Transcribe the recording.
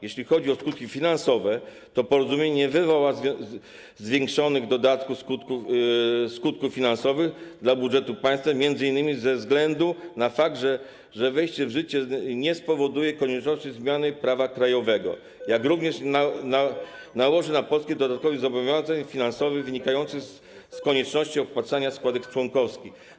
Jeśli chodzi o skutki finansowe, porozumienie nie przyniesie zwiększonych dodatkowych skutków finansowych dla budżetu państwa m.in. ze względu na fakt, że jego wejście w życie nie spowoduje konieczności zmiany prawa krajowego, jak również nie nałoży na Polskę dodatkowych zobowiązań finansowych wynikających z konieczności opłacania składek członkowskich.